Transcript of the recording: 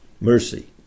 Mercy